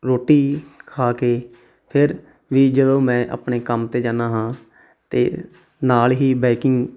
ਰੋਟੀ ਖਾ ਕੇ ਫਿਰ ਵੀ ਜਦੋਂ ਮੈਂ ਆਪਣੇ ਕੰਮ 'ਤੇ ਜਾਂਦਾ ਹਾਂ ਅਤੇ ਨਾਲ ਹੀ ਬਾਈਕਿੰਗ